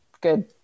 good